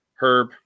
Herb